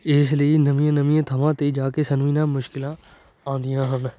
ਇਸ ਲਈ ਨਵੀਆਂ ਨਵੀਆਂ ਥਾਵਾਂ 'ਤੇ ਜਾ ਕੇ ਸਾਨੂੰ ਇਹਨਾਂ ਮੁਸ਼ਕਿਲਾਂ ਆਉਂਦੀਆਂ ਹਨ